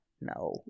No